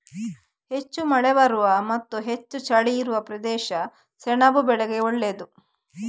ಹೆಚ್ಚು ಮಳೆ ಬರುವ ಮತ್ತೆ ಹೆಚ್ಚು ಚಳಿ ಇರುವ ಪ್ರದೇಶ ಸೆಣಬು ಬೆಳೆಗೆ ಒಳ್ಳೇದು